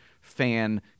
fan